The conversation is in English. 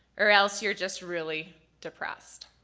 or else you're just really depressed.